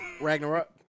Ragnarok